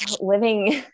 living